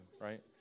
right